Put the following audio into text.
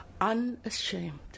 unashamed